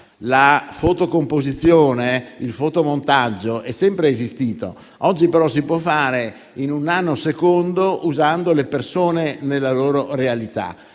La fotocomposizione, il fotomontaggio è sempre esistito; oggi però si può fare in un nanosecondo usando le persone nella loro realità.